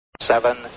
Seven